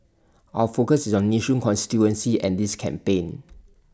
our focus is on Nee soon constituency and this campaign